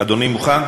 אדוני מוכן?